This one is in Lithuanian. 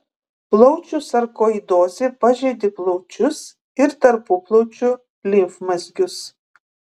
plaučių sarkoidozė pažeidė plaučius ir tarpuplaučių limfmazgius